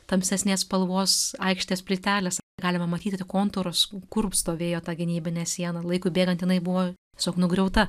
tamsesnės spalvos aikštės plytelės galima matyti tik kontūrus kur stovėjo ta gynybinė siena laikui bėgant jinai buvo tiesiog nugriauta